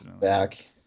back